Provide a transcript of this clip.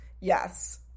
Yes